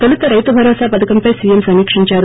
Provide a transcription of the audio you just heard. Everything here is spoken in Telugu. తొలుత రైతుభరోసా పథకంపై సీఎం సమిక్షందారు